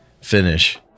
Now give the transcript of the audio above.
finish